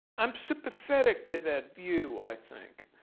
i'm sympathetic to that view, i think.